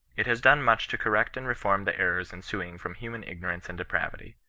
it has done much to cor rect and reform the errors ensuing from human igno rance and depravity.